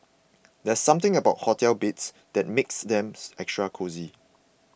there's something about hotel beds that makes them extra cosy